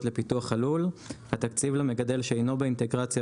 לפיתוח הלול; התקציב למגדל שאינו באינטגרציה,